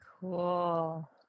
Cool